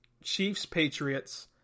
Chiefs-Patriots